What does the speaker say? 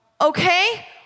okay